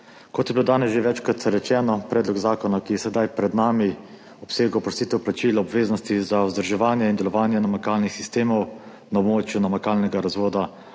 Kot je bilo danes že večkrat rečeno, Predlog zakona, ki je sedaj pred nami, obsega oprostitev plačila obveznosti za vzdrževanje in delovanje namakalnih sistemov na območju namakalnega razvoda